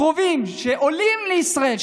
קרובים שעולים לישראל,